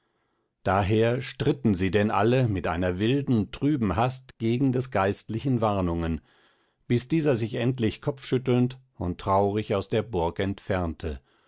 daher stritten sie denn alle mit einer wilden trüben hast gegen des geistlichen warnungen bis dieser sich endlich kopfschüttelnd und traurig aus der burg entfernte